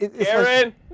Karen